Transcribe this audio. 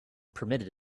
permitted